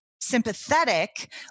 sympathetic